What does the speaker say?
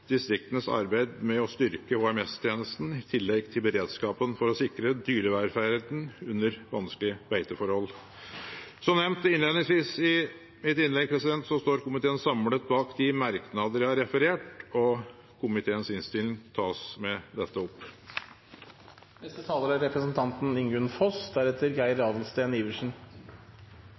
distriktenes arbeid med å styrke HMS-tjenesten i tillegg til beredskapen for å sikre dyrevelferden under vanskelige beiteforhold. Som nevnt innledningsvis i mitt innlegg står komiteen samlet bak de merknader jeg har referert til, og komiteens innstilling anbefales med dette. Den samiske reindriften er